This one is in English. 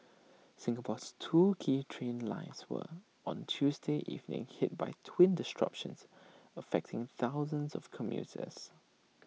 Singapore's two key train lines were on Tuesday evening hit by twin disruptions affecting thousands of commuters